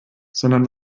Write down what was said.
sondern